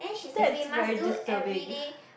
that's very disturbing